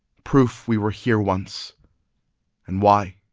proof we were here once and why